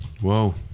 Whoa